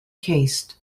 caste